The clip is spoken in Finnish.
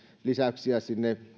lisäyksiä sinne